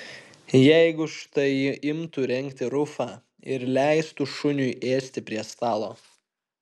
jeigu štai imtų rengti rufą ir leistų šuniui ėsti prie stalo